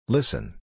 Listen